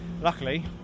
luckily